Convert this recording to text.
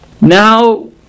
now